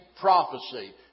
prophecy